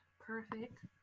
Perfect